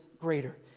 greater